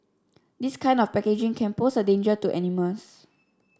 this kind of packaging can pose a danger to animals